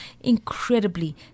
incredibly